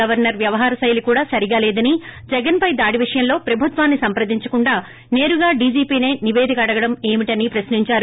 governor వ్యవహార శైలి కూడా సరిగా లేదని జగన్ పై దాడి విషయంలో ప్రభుత్వాన్ని సంప్రదించకుండా సేరుగా డీజీపీసే నివేదిక అడగడం ఏమిటని ప్రశ్నించారు